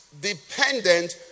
dependent